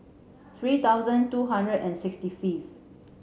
three thousand two hundred and sixty fifth